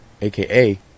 aka